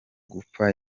gupfa